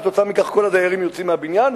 וכתוצאה מכך כל הדיירים יוצאים מהבניין,